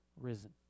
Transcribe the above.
risen